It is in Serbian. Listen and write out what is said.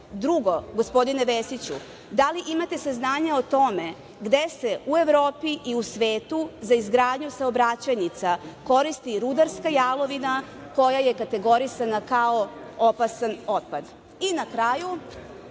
Drugo, gospodine Vesiću, da li imate saznanja o tome gde se u Evropi i u svetu za izgradnju saobraćajnica koristi rudarska jalovina koja je kategorisana kao opasan otpad? Na kraju,